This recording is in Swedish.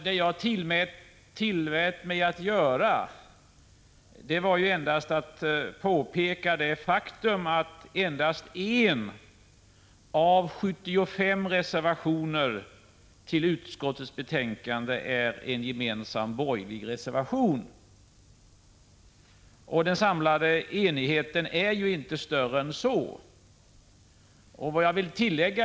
Det jag tillät mig göra var bara att peka på det faktum att endast 1 av 75 reservationer till utskottsbetänkandet är en gemensam borgerlig reservation. Den samlade borgerliga enheten är inte större än så.